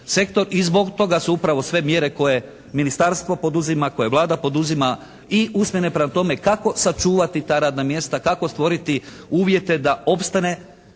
I zbog toga su upravo sve mjere koje ministarstvo poduzima, koje Vlada poduzima i usmjerene prema tome kako sačuvati ta radna mjesta, kako stvoriti uvjete da opstane